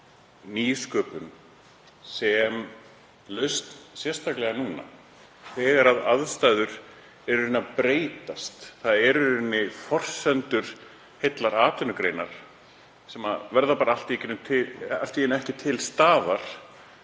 nýsköpun sem lausn, sérstaklega núna þegar aðstæður eru að breytast. Það eru í raun forsendur heillar atvinnugreinar sem verða bara allt í einu ekki til staðar